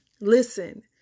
Listen